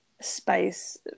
space